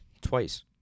Twice